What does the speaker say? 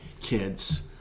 kids